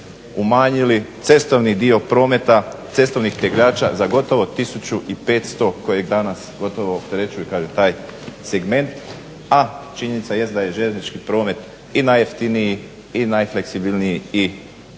umanjili cestovni dio prometa cestovnih tegljača za gotovo 1500 koje danas gotovo opterećuju kažem taj segment, a činjenica jest da je željeznički promet i najjeftiniji i najfleksibilniji i najisplativiji